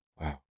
Wow